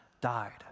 died